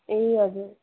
ए हजुर